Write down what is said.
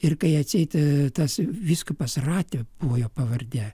ir kai atseit tas vyskupas rate buvo jo pavardė